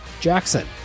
Jackson